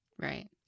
Right